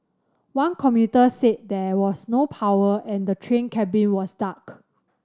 one commuter said there was no power and the train cabin was dark